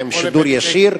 בשידור ישיר.